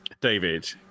David